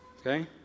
okay